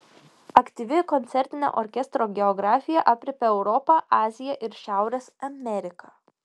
aktyvi koncertinė orkestro geografija aprėpia europą aziją ir šiaurės ameriką